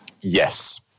Yes